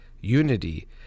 unity